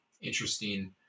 interesting